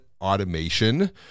automation